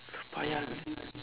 paya le~